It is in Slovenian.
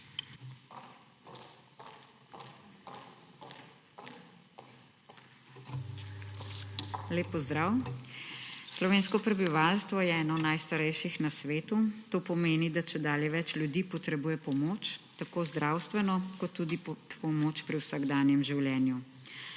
Lep pozdrav! Slovensko prebivalstvo je eno najstarejših na svetu to pomeni, da čedalje več ljudi potrebuje pomoč tako zdravstveno kot tudi pomoč pri vsakdanjem življenju.